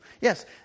Yes